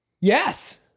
Yes